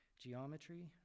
Geometry